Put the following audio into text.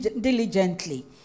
diligently